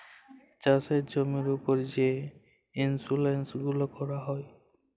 চাষের জমির উপর যে ইলসুরেলস গুলা ক্যরা যায়